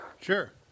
Sure